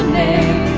name